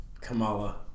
Kamala